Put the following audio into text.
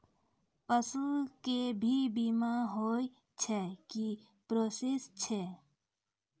पसु के भी बीमा होय छै, की प्रोसेस छै?